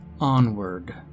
onward